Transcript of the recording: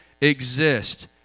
exist